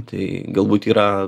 tai galbūt yra